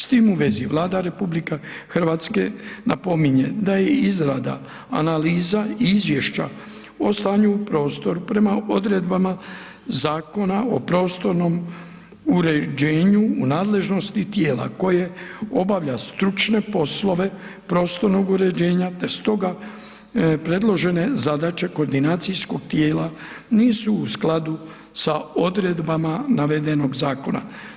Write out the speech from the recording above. S tim u vezi, Vlada RH napominje da je izrada analiza i izvješća o stanju u prostoru prema odredbama Zakona o prostornom uređenju u nadležnosti tijela koje obavlja stručne poslove prostornog uređenja te stoga predložene zadaće koordinacijskog tijela nisu u skladu sa odredbama navedenog zakona.